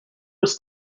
was